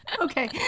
Okay